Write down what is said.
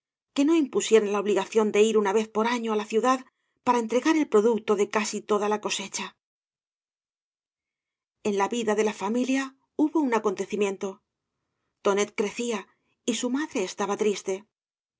que no impusieran la obligación de ir una vez por afio á la ciudad para entregar el producto de casi toda la cosecha en la vida de la familia hubo un acontecimiento tonet crecía y su madre estaba triste